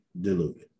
diluted